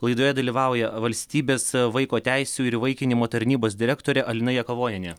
laidoje dalyvauja valstybės vaiko teisių ir įvaikinimo tarnybos direktorė alina jakavonienė